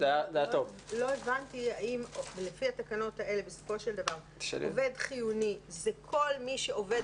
לא הבנתי האם לפי התקנות האלה בסופו של דבר עובד חיוני זה כלל מי שעובד